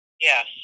Yes